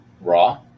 raw